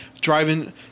driving